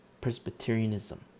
Presbyterianism